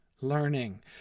learning